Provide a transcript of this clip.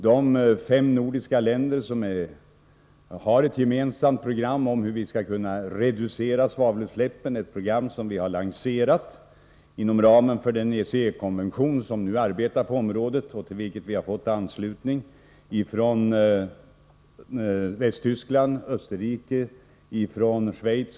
De fem nordiska länderna har framlagt ett gemensamt program om hur vi skall reducera svavelutsläppen — ett program som vi har lanserat inom ramen för den ECE-kommission som arbetar på området och till vilken vi har fått anslutning från Västtyskland, Österrike, Schweiz och Canada.